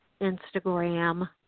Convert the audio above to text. Instagram